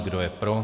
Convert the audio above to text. Kdo je pro?